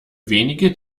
wenige